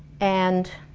and